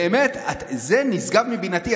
באמת, זה נשגב מבינתי.